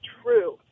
true